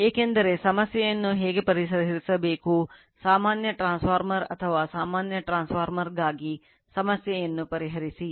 ಏಕೆಂದರೆ ಸಮಸ್ಯೆಯನ್ನು ಹೇಗೆ ಪರಿಹರಿಸಬೇಕು ಸಮಾನ ಟ್ರಾನ್ಸ್ಫಾರ್ಮರ್ ಅಥವಾ ಸಮಾನ ಟ್ರಾನ್ಸ್ಫಾರ್ಮರ್ಗಾಗಿ ಸಮಸ್ಯೆಯನ್ನು ಪರಿಹರಿಸಿ